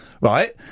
Right